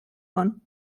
one